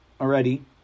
already